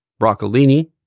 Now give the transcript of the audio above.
broccolini